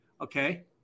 okay